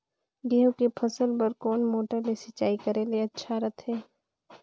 गहूं के फसल बार कोन मोटर ले सिंचाई करे ले अच्छा रथे?